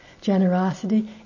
generosity